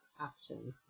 action